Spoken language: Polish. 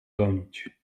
gonić